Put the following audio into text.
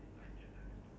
ya